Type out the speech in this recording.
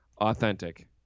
authentic